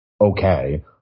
okay